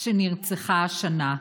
שנרצחה השנה.